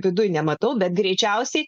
viduj nematau bet greičiausiai